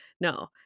no